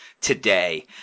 today